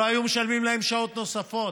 לא היו משלמים להם שעות נוספות,